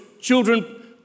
children